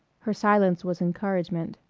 her silence was encouragement.